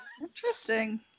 interesting